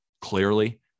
clearly